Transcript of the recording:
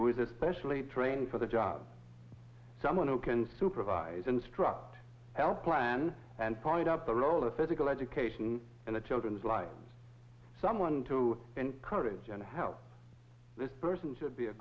who is a specially trained for the job someone who can supervise instruct help plan and point out the role of physical education in the children's life someone to encourage and help this person should be a